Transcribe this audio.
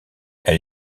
elle